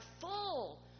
full